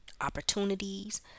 opportunities